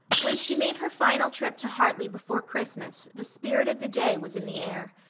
when she made her final trip to hartley before christmas the spirit of the day was in the air.